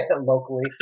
Locally